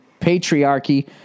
patriarchy